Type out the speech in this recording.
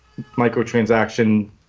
microtransaction